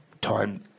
time